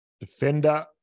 defender